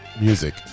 music